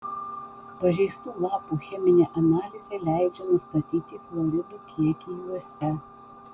pažeistų lapų cheminė analizė leidžia nustatyti chloridų kiekį juose